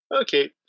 Okay